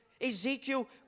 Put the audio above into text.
Ezekiel